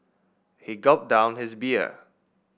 he gulped down his beer